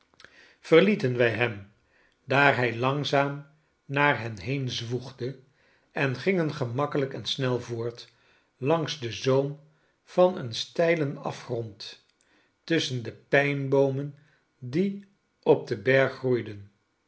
verlieten wij hem daar hij langzaam naar hen heen zwoegde en gingen gemakkelijk en snel voort langs den zoom van een steilen afgrond tusschen de pijnboomen die op den berg groeiden